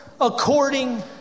according